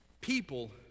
people